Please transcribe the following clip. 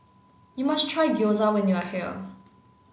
you must try Gyoza when you are here